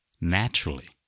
naturally